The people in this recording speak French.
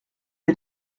est